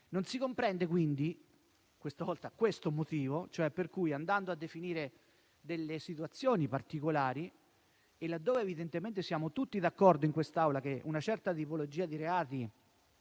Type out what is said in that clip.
Non si comprende, quindi, il motivo per cui, andando a definire situazioni particolari, laddove evidentemente siamo tutti d'accordo in quest'Aula che una certa tipologia di reati